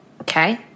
Okay